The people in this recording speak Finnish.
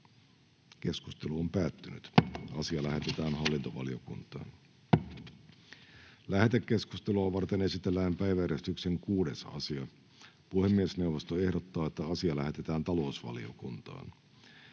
sieltä löytyy tällainen. — Kiitoksia. Lähetekeskustelua varten esitellään päiväjärjestyksen 6. asia. Puhemiesneuvosto ehdottaa, että asia lähetetään talousvaliokuntaan.